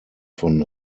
von